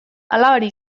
alabari